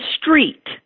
street